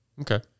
Okay